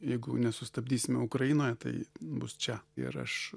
jeigu nesustabdysime ukrainoje tai bus čia ir aš